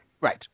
Right